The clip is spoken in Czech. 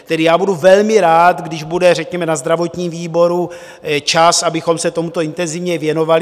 Tedy já budu velmi rád, když bude řekněme na zdravotním výboru čas, abychom se tomuto intenzivně věnovali.